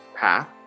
path